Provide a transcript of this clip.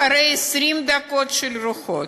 אחרי 20 דקות של רוחות,